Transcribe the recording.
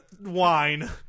Wine